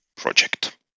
Project